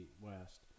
West